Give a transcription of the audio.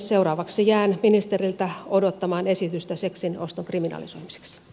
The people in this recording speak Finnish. seuraavaksi jään ministeriltä odottamaan esitystä seksin oston kriminalisoimiseksi